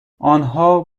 آنها